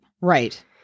right